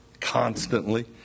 constantly